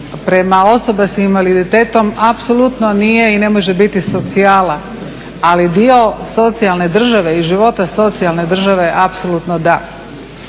prema osobama sa invaliditetom apsolutno nije i ne može biti socijala. Ali dio socijalne države i života socijalne države apsolutno da.